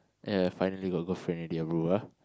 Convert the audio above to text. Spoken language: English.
ya finally got girlfriend already ah bro ah